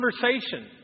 conversation